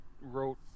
wrote